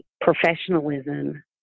professionalism